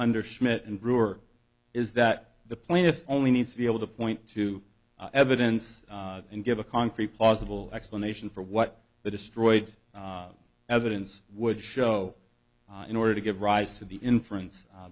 under schmidt and brewer is that the plaintiff only needs to be able to point to evidence and give a concrete plausible explanation for what the destroyed evidence would show in order to give rise to the inference